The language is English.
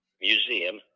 museum